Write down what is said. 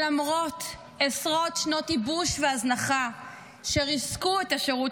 למרות עשרות שנות ייבוש והזנחה שריסקו את השירות